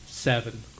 seven